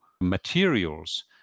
materials